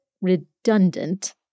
redundant